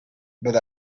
but